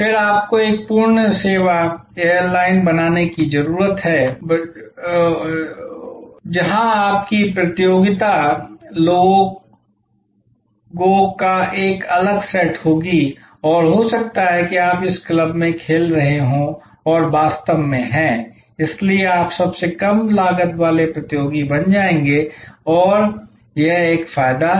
फिर आपको एक पूर्ण सेवा एयरलाइन बनने की आवश्यकता हो सकती है जहां आपकी प्रतियोगिता लोगों का एक अलग सेट होगी और हो सकता है कि आप इस क्लब में खेल रहे हों और वे वास्तव में हैं इसलिए आप सबसे कम लागत वाले प्रतियोगी बन जाएंगे और यह एक फायदा